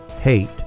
hate